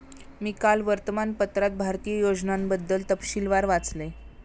मी काल वर्तमानपत्रात भारतीय योजनांबद्दल तपशीलवार वाचले